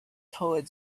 toward